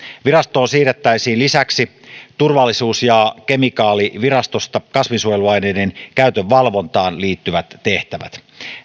virastoon siirrettäisiin lisäksi turvallisuus ja kemikaalivirastosta kasvinsuojeluaineiden käytön valvontaan liittyvät tehtävät